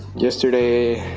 yesterday,